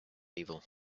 evil